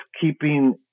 keeping